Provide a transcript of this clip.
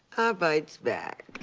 bites back.